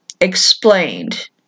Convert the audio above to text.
explained